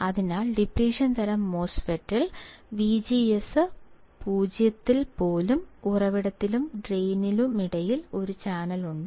അതിനാൽ ഡിപ്ലിഷൻ തരം മോസ്ഫെറ്റ് ഇൽ വിജിഎസ് 0 ൽ പോലും ഉറവിടത്തിനും ഡ്രെയിനിനുമിടയിൽ ഒരു ചാനൽ ഉണ്ട്